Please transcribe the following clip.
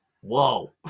whoa